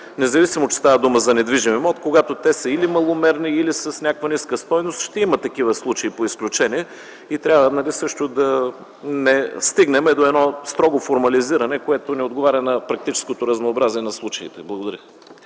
независимо, че става дума за недвижим имот, когато те са или маломерни, или с някаква ниска стойност – ще има такива случаи по изключение, и не трябва да стигнем до строго формализиране, което не отговаря на практическото разнообразие на случаите. Благодаря